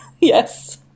Yes